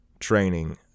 training